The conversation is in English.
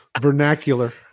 vernacular